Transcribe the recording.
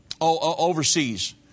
overseas